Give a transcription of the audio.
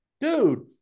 Dude